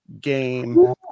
game